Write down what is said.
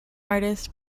artist